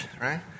right